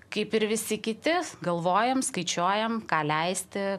kaip ir visi kiti galvojam skaičiuojam ką leisti